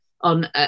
on